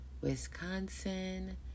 Wisconsin